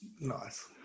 Nice